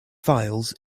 files